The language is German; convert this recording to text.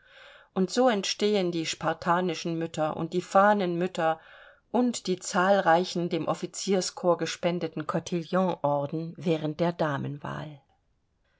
und so entstehen die spartanischen mütter und die fahnenmütter und die zahlreichen dem offizierkorps gespendeten cotillonorden während der damenwahl